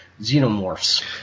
xenomorphs